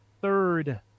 third